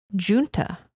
Junta